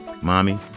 Mommy